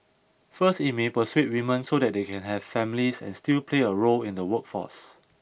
first it may persuade women so that they can have families and still play a role in the workforce